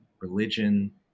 religion